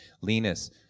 Linus